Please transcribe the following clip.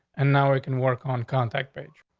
and now we can work on contact page.